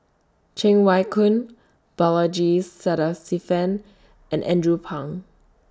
Cheng Wai Keung Balaji Sadasivan and Andrew Phang